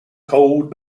cold